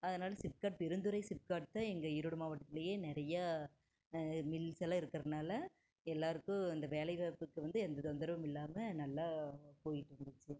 அதனாலே ஸிப்காட் பெருந்துறை ஸிப்காட் தான் எங்கள் ஈரோடு மாவட்டத்திலயே நிறையா மில்ஸ் எல்லாம் இருக்கிறனால எல்லோருக்கும் அந்த வேலை வாய்ப்புக்கு வந்து எந்த தொந்தரவும் இல்லாமல் நல்லா போயிட்டு இருந்துச்சு